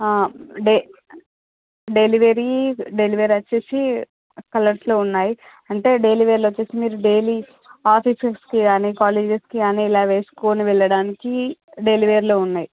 డె delivery డెలివెరచ్చేసి కలర్స్లో ఉన్నాయి అంటే డైలీవేర్లో వచ్చేసి మీరు డైలీ ఆఫీసెస్కి కానీ కాలేజెస్కి కానీ ఇలా వేసుకొని వెళ్ళడానికి డైలీవేర్లో ఉన్నాయి